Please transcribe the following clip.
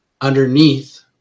underneath